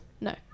No